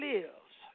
Lives